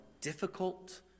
difficult